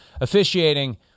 Officiating